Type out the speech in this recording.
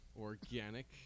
organic